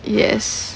yes